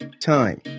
time